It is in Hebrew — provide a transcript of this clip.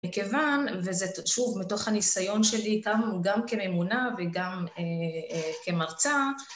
מכיוון, וזה שוב מתוך הניסיון שלי גם כממונה וגם כמרצה.